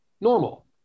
normal